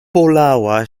polała